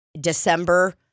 December